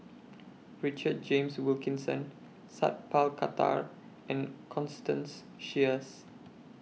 Richard James Wilkinson Sat Pal Khattar and Constance Sheares